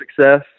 success